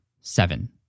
seven